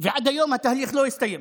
ועד היום התהליך לא הסתיים.